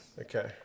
Okay